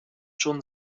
schon